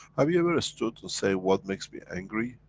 have you ever stood and say, what makes me angry?